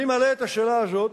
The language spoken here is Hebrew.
אני מעלה את השאלה הזאת